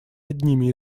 одними